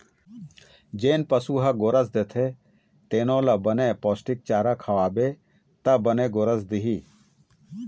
जेन पशु ह गोरस देथे तेनो ल बने पोस्टिक चारा खवाबे त बने गोरस दिही